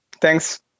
Thanks